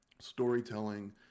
storytelling